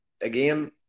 again